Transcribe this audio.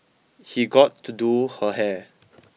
he got to do her hair